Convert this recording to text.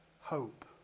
hope